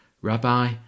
Rabbi